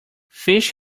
fish